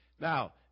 Now